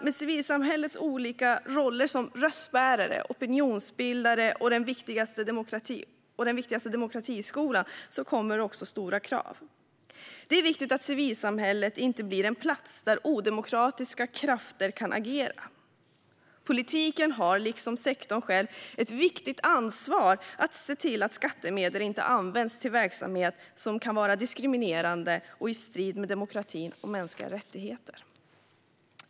Med civilsamhällets olika roller som röstbärare, opinionsbildare och den viktigaste demokratiskolan kommer också stora krav. Det är viktigt att civilsamhället inte blir en plats där odemokratiska krafter kan agera. Politiken har, liksom sektorn själv, ett viktigt ansvar att se till skattemedel inte används till verksamhet som kan vara diskriminerande och stå i strid med demokratin och mänskliga rättigheter.